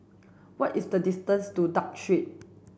what is the distance to Duke Street